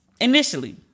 initially